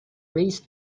raised